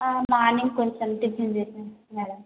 morning కొంచం tiffin చేశాను madam